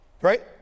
Right